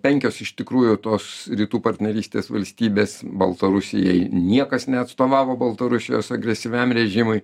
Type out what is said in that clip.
penkios iš tikrųjų tos rytų partnerystės valstybės baltarusijai niekas neatstovavo baltarusijos agresyviam režimui